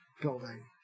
building